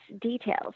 details